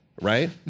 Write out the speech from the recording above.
right